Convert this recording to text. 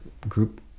group